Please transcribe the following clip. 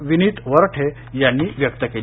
विनीत वरठे यांनी व्यक्त केली